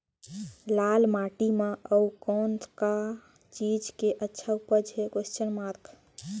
लाल माटी म अउ कौन का चीज के अच्छा उपज है?